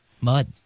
Mud